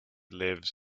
lives